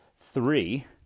three